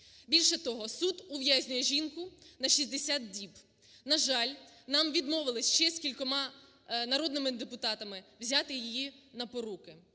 Більше того, суд ув'язнює жінку на 60 діб. На жаль, нам відмовили з ще кількома народними депутатами взяти її на поруки.